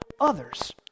others